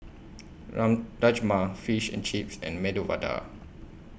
Run Rajma Fish and Chips and Medu Vada